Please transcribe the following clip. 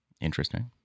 Interesting